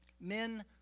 Men